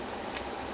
feels bad